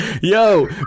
yo